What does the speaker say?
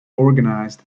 organised